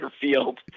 field